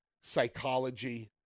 psychology